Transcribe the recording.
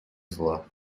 зла